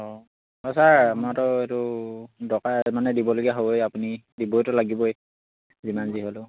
অঁ অঁ ছাৰ মইতো এইটো দৰকাৰ মানে দিবলগীয়া হ'বই আপুনি দিবইতো লাগিবই যিমান যি হ'লেও